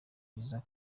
mwiza